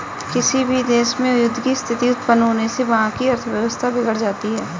किसी भी देश में युद्ध की स्थिति उत्पन्न होने से वहाँ की अर्थव्यवस्था बिगड़ जाती है